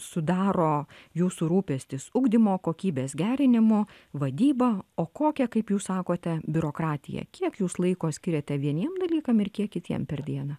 sudaro jūsų rūpestis ugdymo kokybės gerinimu vadyba o kokią kaip jūs sakote biurokratija kiek jūs laiko skiriate vieniem dalykam ir kiek kitiem per dieną